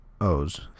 o's